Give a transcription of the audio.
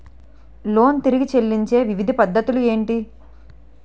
Loan తిరిగి చెల్లించే వివిధ పద్ధతులు ఏంటి?